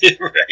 Right